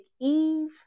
Eve